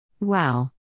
Wow